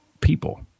people